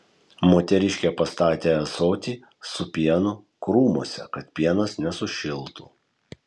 moteriškė pastatė ąsotį su pienu krūmuose kad pienas nesušiltų